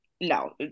no